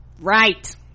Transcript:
right